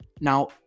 Now